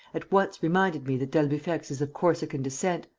at once reminded me that d'albufex is of corsican descent.